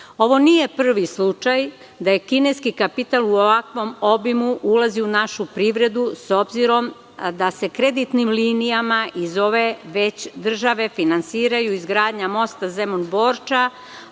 nije prvi slučaj da kineski kapital u ovakvom obimu ulazi u našu privredu, s obzirom da se kreditnim linijama iz ove već države finansira izgradnja mosta Zemun-Borča,